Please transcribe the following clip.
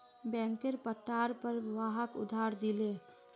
बैंकेर पट्टार पर वहाक उधार दिले